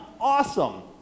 Awesome